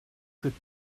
could